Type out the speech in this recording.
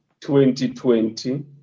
2020